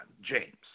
James